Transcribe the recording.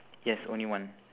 yes only one